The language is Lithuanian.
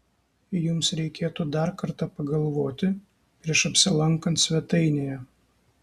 jums reikėtų dar kartą pagalvoti prieš apsilankant svetainėje